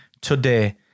today